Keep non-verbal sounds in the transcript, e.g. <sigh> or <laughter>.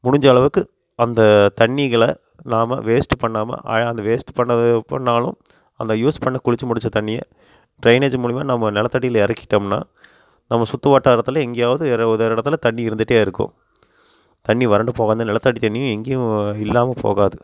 முடிஞ்சளவுக்கு அந்த தண்ணீகளை நாம் வேஸ்ட்டு பண்ணாமல் <unintelligible> வேஸ்ட் பண்ணிணது பண்ணாலும் அந்த யூஸ் பண்ண குளித்து முடித்த தண்ணியை ட்ரைனேஜ் மூலிமா நம்ம நிலத்தடில இறக்கிட்டோம்னா நம்ம சுற்று வட்டாரத்தில் எங்கேயாவுது வேறு இடத்துல தண்ணி இருந்துகிட்டே இருக்கும் தண்ணி வறண்டு போகாது நிலத்தடி தண்ணீ எங்கேயும் இல்லாமல் போகாது